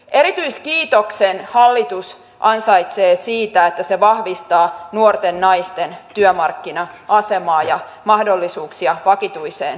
erityiskiitoksen hallitus ansaitsee siitä että se vahvistaa nuorten naisten työmarkkina asemaa ja mahdollisuuksia vakituiseen työsuhteeseen